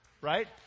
Right